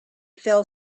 fell